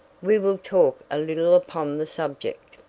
we will talk a little upon the subject.